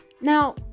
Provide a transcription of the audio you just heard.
Now